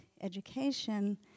education